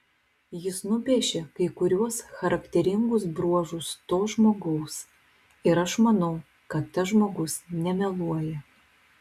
jis nupiešė kai kuriuos charakteringus bruožus to žmogaus ir aš manau kad tas žmogus nemeluoja